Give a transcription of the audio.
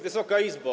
Wysoka Izbo!